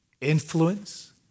influence